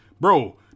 bro